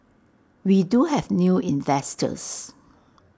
we do have new investors